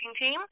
team